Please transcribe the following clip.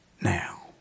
now